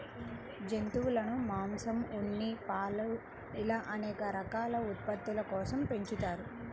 జంతువులను మాంసం, ఉన్ని, పాలు ఇలా అనేక రకాల ఉత్పత్తుల కోసం పెంచుతారు